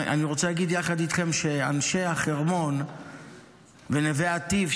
אני רוצה להגיד יחד איתכם שאנשי החרמון ונווה אטי"ב,